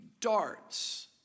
darts